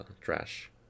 trash